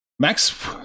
Max